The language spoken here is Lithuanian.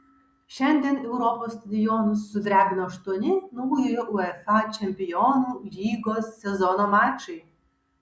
šiandien europos stadionus sudrebino aštuoni naujojo uefa čempionų lygos sezono mačai